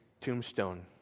tombstone